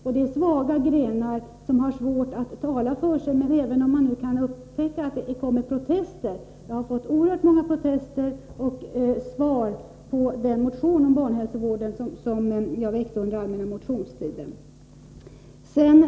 Detta är svaga grenar, som har svårt att tala för sig, även om det nu har kommit protester — jag har fått oerhört många protester med anledning av den motion om barnhälsovården som jag väckte under den allmänna motionstiden.